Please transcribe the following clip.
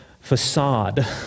facade